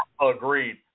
Agreed